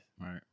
Right